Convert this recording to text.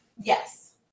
Yes